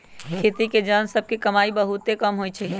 खेती के जन सभ के कमाइ बहुते कम होइ छइ